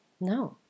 no